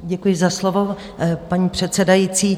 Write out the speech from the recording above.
Děkuji za slovo, paní předsedající.